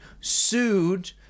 sued